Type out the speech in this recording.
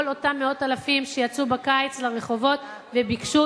כל אותם מאות אלפים שיצאו בקיץ לרחובות וביקשו,